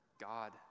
God